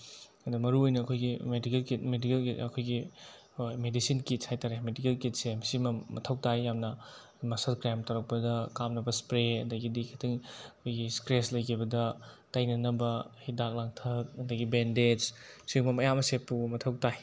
ꯑꯗꯣ ꯃꯔꯨ ꯑꯣꯏꯅ ꯑꯩꯈꯣꯏꯒꯤ ꯃꯦꯗꯤꯀꯦꯜ ꯀꯤꯠ ꯃꯦꯗꯤꯀꯦꯜ ꯀꯤꯠ ꯑꯩꯈꯣꯏꯒꯤ ꯍꯣꯏ ꯃꯦꯗꯤꯁꯤꯟ ꯀꯤꯠꯁ ꯍꯥꯏ ꯇꯥꯔꯦ ꯃꯦꯗꯤꯀꯦꯜ ꯀꯤꯠꯁꯦ ꯃꯁꯤꯃ ꯃꯊꯧ ꯇꯥꯏ ꯌꯥꯝꯅ ꯃꯁꯜ ꯀ꯭ꯔꯦꯝꯞ ꯇꯧꯔꯛꯄꯗ ꯀꯥꯞꯅꯕ ꯏꯁꯄ꯭ꯔꯦ ꯑꯗꯒꯤꯗꯤ ꯈꯤꯇꯪ ꯑꯩꯈꯣꯏꯒꯤ ꯏꯁꯀ꯭ꯔꯦꯁ ꯂꯩꯈꯤꯕꯗ ꯇꯩꯅꯅꯕ ꯍꯤꯗꯥꯛ ꯂꯥꯡꯊꯛ ꯑꯗꯒꯤ ꯕꯦꯟꯗꯦꯖ ꯁꯤꯒꯨꯝꯕ ꯃꯌꯥꯝ ꯑꯁꯦ ꯄꯨꯕ ꯃꯊꯧ ꯇꯥꯏ